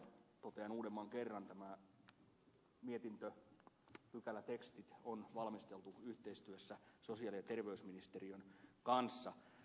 totean uudemman kerran että tämä mietintö pykälätekstit on valmisteltu yhteistyössä sosiaali ja terveysministeriön kanssa